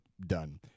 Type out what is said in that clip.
done